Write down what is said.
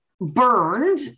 burned